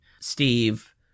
Steve